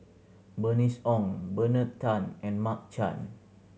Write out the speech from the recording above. Bernice Ong Bernard Tan and Mark Chan